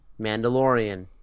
mandalorian